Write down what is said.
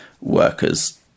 workers